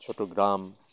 ছোটো গ্রাম